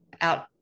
out